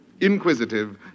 Inquisitive